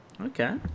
Okay